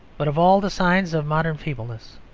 but of all the signs of modern feebleness,